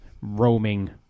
roaming